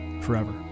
forever